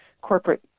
corporate